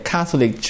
Catholic